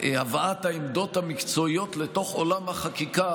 בהבאת העמדות המקצועיות לתוך עולם החקיקה,